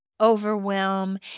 overwhelm